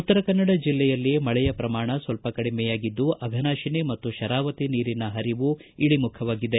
ಉತ್ತರ ಕನ್ನಡ ಜಿಲ್ಲೆಯಲ್ಲಿ ಮಳೆಯ ಪ್ರಮಾಣ ಸ್ವಲ್ಪ ಕಡಿಮೆಯಾಗಿದ್ದು ಅಫನಾಶಿನಿ ಮತ್ತು ಶರಾವತಿ ನೀರಿನ ಹರಿವು ಇಳಮುಖವಾಗಿದೆ